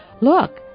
Look